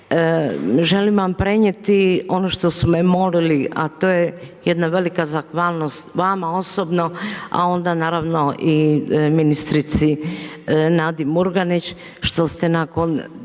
Želim vam prenijeti ono što su me molili, a to je jedna velika zahvalnost vama osobno a onda naravno i ministrici Nadi Murganić što ste nakon